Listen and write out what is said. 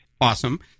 Awesome